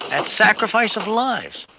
at sacrifice of lives,